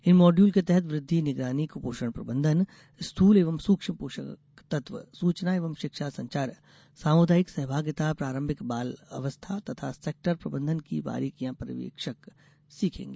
इन module के तहत वृद्धि निगरानी कुपोषण प्रबंधन स्थूल एवं सुक्ष्म पोषक तत्व सुचना एवं षिक्षा संचार सामुदायिक सहभागिता प्रारंभिक बाल अवस्था तथा सेक्टर प्रबंधन की बारीकिया पर्यवेक्षक सीखेगी